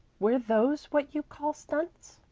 were those what you call stunts?